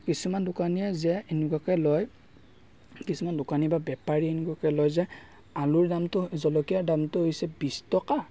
কিছুমান দোকানীয়ে যে এনেকুৱাকে লয় কিছুমান দোকানী বা বেপাৰী এনেকুৱাকে লয় যে আলুৰ দামটো জলকীয়াৰ দামটো হৈছে বিশ টকা